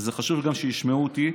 וזה חשוב גם שישמעו אותי,